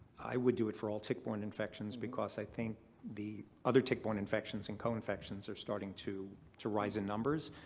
i would do it for all tick-borne infections, because i think the other tick-borne infections and co-infections are starting to to rise in numbers.